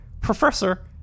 Professor